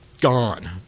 gone